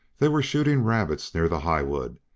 they were shooting rabbits near the highwood,